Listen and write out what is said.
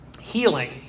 healing